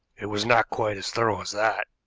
it was not quite as thorough as that,